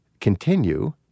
continue